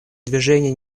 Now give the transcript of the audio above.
движения